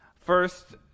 First